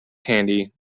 candy